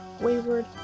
Wayward